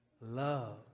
love